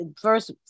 first